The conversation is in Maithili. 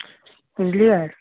बुझलियै